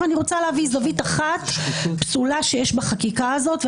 אני רוצה להביא זווית אחת פסולה שיש בחקיקה הזאת,